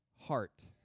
heart